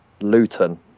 Luton